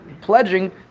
pledging